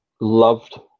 loved